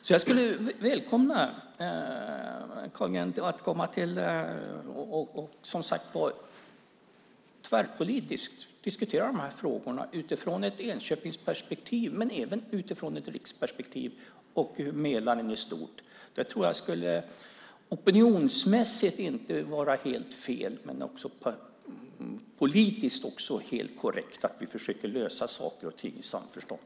Andreas Carlgren är således välkommen till Enköping för att diskutera dessa frågor tvärpolitiskt - både utifrån ett Enköpingsperspektiv och utifrån ett riksperspektiv och Mälaren i stort. Opinionsmässigt tror jag inte att det skulle vara helt fel. Politiskt skulle det vara helt korrekt att försöka lösa saker och ting i samförstånd.